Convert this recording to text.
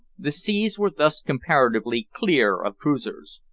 the seas were thus comparatively clear of cruisers.